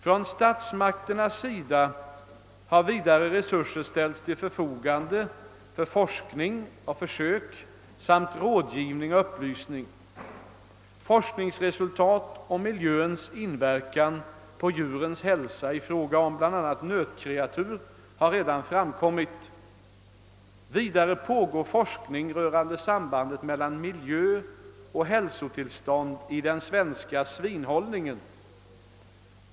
Från statsmakternas sida har vidare resurser ställts till förfogande för forskning och försök samt rådgivning och upplysning. Forskningsresultat om miljöns inverkan på djurens hälsa i fråga om bl.a. nötkreatur har redan framkommit. Vidare pågår forskning rörande sambandet mellan miljö och hälsotillstånd i den svenska svinhållningen.